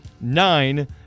Nine